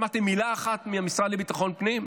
שמעתם מילה אחת מהמשרד לביטחון פנים?